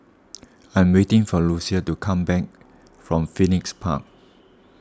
I'm waiting for Lucius to come back from Phoenix Park